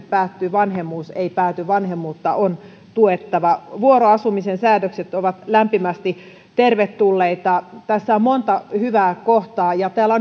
päättyy vanhemmuus ei pääty vanhemmuutta on tuettava vuoroasumisen säädökset ovat lämpimästi tervetulleita tässä on monta hyvää kohtaa täällä